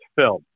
film